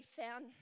found